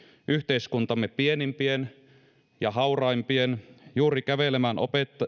yhteiskuntamme pienimpien ja hauraimpien juuri kävelemään